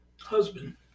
husband